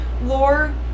lore